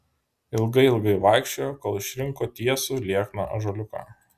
ilgai ilgai vaikščiojo kol išrinko tiesų liekną ąžuoliuką